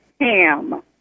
ham